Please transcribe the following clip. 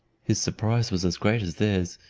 his surprise was as great as theirs,